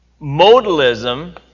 modalism